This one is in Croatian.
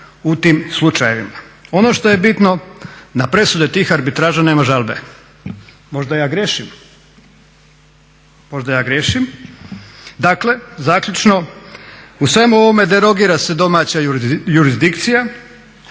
u tim slučajevima. Ono što je bitno na presude tih arbitraža nema žalbe. Možda ja griješim. Dakle zaključno. U svemu ovome derogira se domaća jurisdikcija.